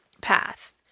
path